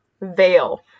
veil